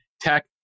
tech